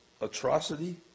atrocity